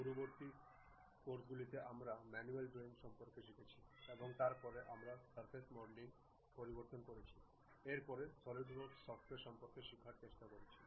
পূর্ববর্তী ক্লাসগুলিতে আমরা ম্যানুয়াল ড্রয়িং সম্পর্কে শিখেছি এবং তার পরে আমরা সারফেস মডেলিং প্রবর্তন করেছি এরপরে সলিডওয়ার্কস সফ্টওয়্যার সম্পর্কে শিখার চেষ্টা করেছি